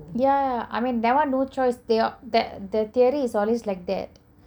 ya I mean that [one] no choice the tearing is always like that